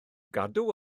gadw